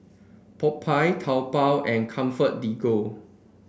Popeye Taobao and ComfortDelGro